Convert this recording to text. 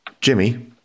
Jimmy